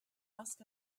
ask